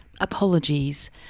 Apologies